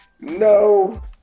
No